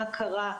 מה קרה,